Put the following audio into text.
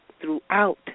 throughout